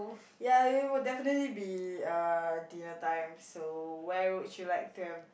ya it would definitely be uh dinner time so where would you like to have